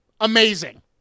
Amazing